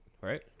Right